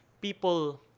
people